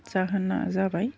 जाहोना जाबाय